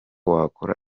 wakora